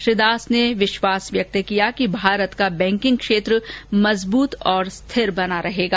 श्री दास ने विश्वास व्यक्त किया कि भारत का बैंकिंग क्षेत्र मजबूत और स्थिर बना रहेगा